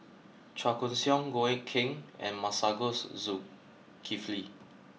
Chua Koon Siong Goh Eck Kheng and Masagos Zulkifli